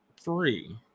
three